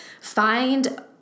find